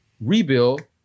rebuild